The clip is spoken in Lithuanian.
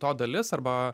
to dalis arba